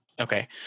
Okay